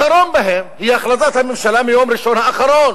האחרון בהם הוא הכרזת הממשלה מיום ראשון האחרון